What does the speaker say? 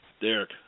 Derek